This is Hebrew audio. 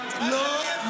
אני דוחה את הפופוליזם שלך.